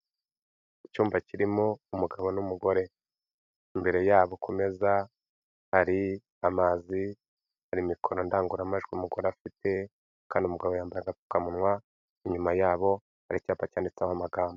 Icyumba kirimo umugabo n'umugore imbere yabo ku meza, hari amazi, hari mikoro ndangururamajwi umugore afite, kandi umugabo yambaye agapfukamunwa, inyuma yabo hari icyapa cyanditseho amagambo.